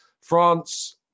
France